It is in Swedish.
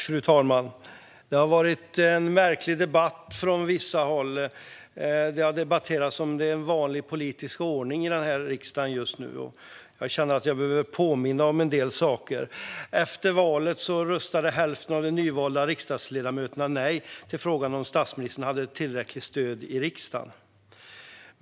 Fru talman! Det har varit en märklig debatt från vissa håll. Det har debatterats om det är en vanlig politisk ordning i den här riksdagen just nu. Jag känner att jag behöver påminna om en del saker. Efter valet röstade hälften av de nyvalda riksdagsledamöterna nej till frågan om statsministern hade tillräckligt stöd i riksdagen.